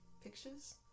Pictures